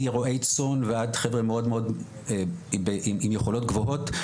מרועי צאן ועד חבר'ה מאוד מאוד עם יכולות גבוהות,